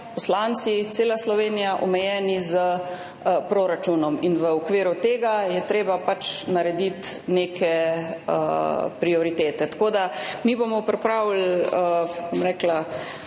poslanci, cela Slovenija omejeni s proračunom in v okviru tega je treba pač narediti neke prioritete. Mi bomo pripravili res